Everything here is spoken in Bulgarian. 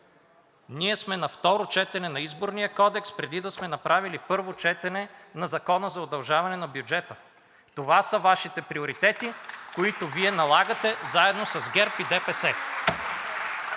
Ние сме на второ четене на Изборния кодекс, преди да сме направили първо четене на Закона за удължаване на бюджета. Това са Вашите приоритети, които Вие налагате заедно с ГЕРБ и ДПС.